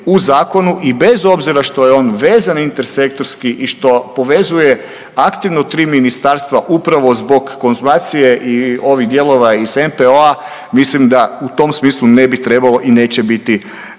u zakonu. I bez obzira što je on vezan inter sektorski i što povezuje aktivno tri ministarstva upravo zbog konzumacije i ovih dijelova iz MPO-a mislim da u tom smislu ne bi trebalo i neće biti